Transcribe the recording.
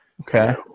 Okay